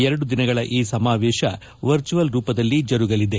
ಎರಡು ದಿನಗಳ ಈ ಸಮಾವೇಶ ವರ್ಚುಯಲ್ ರೂಪದಲ್ಲಿ ಜರುಗಲಿದೆ